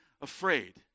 afraid